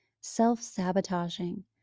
self-sabotaging